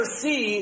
see